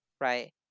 right